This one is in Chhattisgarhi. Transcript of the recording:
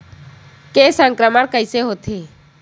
के संक्रमण कइसे होथे?